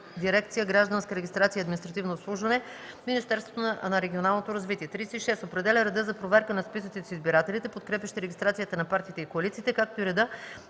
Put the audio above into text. дирекция „Гражданска регистрация и административно обслужване” в Министерството на регионалното развитие; 36. определя реда за проверка на списъците с избирателите, подкрепящи регистрацията на партиите и коалициите, както и реда